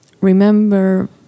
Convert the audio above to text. remember